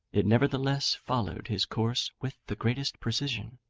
it nevertheless followed his course with the greatest precision.